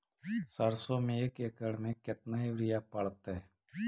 सरसों में एक एकड़ मे केतना युरिया पड़तै?